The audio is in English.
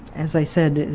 as i said,